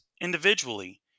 individually